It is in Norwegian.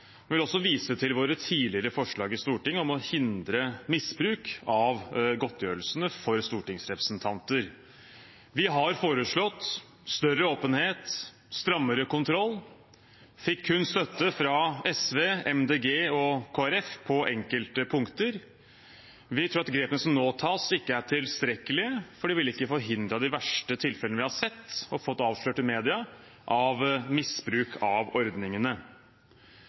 Jeg vil også vise til våre tidligere forslag i Stortinget om å hindre misbruk av godtgjørelsene for stortingsrepresentanter. Vi har foreslått større åpenhet og strammere kontroll og fikk kun støtte fra SV, Miljøpartiet De Grønne og Kristelig Folkeparti på enkelte punkter. Vi tror at grepene som nå tas, ikke er tilstrekkelige, for de ville ikke ha forhindret de verste tilfellene vi har sett og fått avslørt i media om misbruk av ordningene.